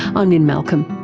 i'm lynne malcolm,